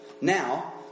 Now